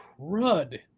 crud